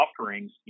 offerings